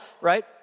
right